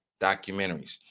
documentaries